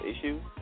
issues